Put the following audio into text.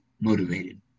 motivated